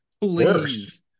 please